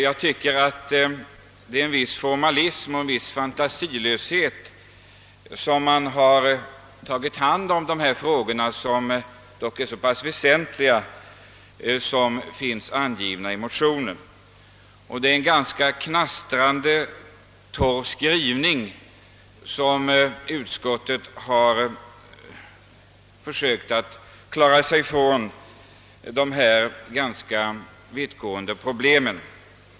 Jag tycker att det med en viss formalism och fantasilöshet man tagit hand om dessa frågor som finns angivna i motionen och som är väsentliga. Det är med en knastrande torr skrivning som utskottet har försökt klara sig från de ganska vittgående problemen.